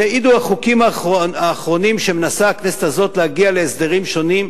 ויעידו החוקים האחרונים שמנסה הכנסת הזאת להגיע בהם להסדרים שונים,